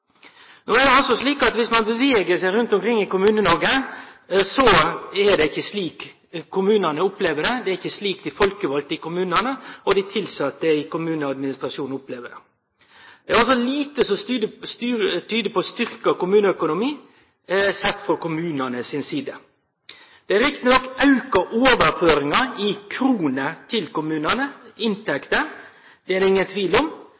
ein at det er ikkje slik kommunane opplever det. Det er ikkje slik dei folkevalde i kommunane og dei tilsette i kommuneadministrasjonen opplever det. Det er altså lite som tyder på styrkt kommuneøkonomi, sett frå kommunane si side. Det er riktignok auka overføringar i kroner til kommunane – inntekter – det er det ingen tvil om.